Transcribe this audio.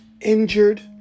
injured